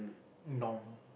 normal